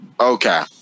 Okay